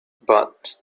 but